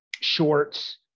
shorts